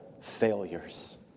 failures